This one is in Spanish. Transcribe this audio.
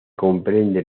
comprende